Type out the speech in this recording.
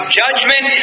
judgment